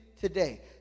today